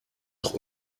auch